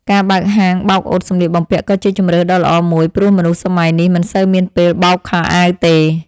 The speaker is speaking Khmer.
ការបើកហាងបោកអ៊ុតសម្លៀកបំពាក់ក៏ជាជម្រើសដ៏ល្អមួយព្រោះមនុស្សសម័យនេះមិនសូវមានពេលបោកខោអាវទេ។